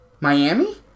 Miami